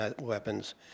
weapons